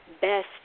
best